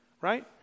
right